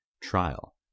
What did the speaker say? trial